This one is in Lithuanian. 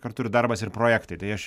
kartu ir darbas ir projektai tai aš